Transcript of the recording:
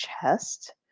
chest